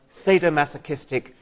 sadomasochistic